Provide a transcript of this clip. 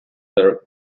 the